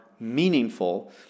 meaningful